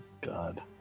god